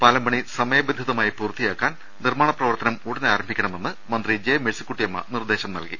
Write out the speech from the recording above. പാലം പണി സമയബന്ധിതമായി പൂർത്തിയാക്കാൻ നിർമ്മാണ പ്രവർത്തനം ഉടൻ ആരംഭിക്കുന്നതിന് മന്ത്രി ജെ മേഴ്സിക്കുട്ടിയമ്മ നിർദ്ദേശം നൽകി